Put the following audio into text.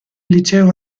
liceo